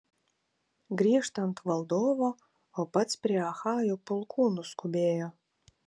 grįžtant valdovo o pats prie achajų pulkų nuskubėjo